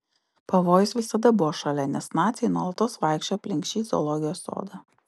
pavojus visada buvo šalia nes naciai nuolatos vaikščiojo aplink šį zoologijos sodą